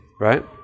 right